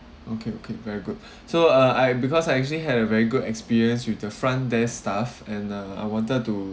okay okay very good so uh I because I actually had a very good experience with the front desk staff and uh I wanted to